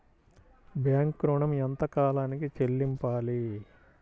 Bank ఋణం ఎంత కాలానికి చెల్లింపాలి?